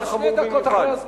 דיברת שתי דקות אחרי הזמן.